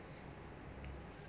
oh no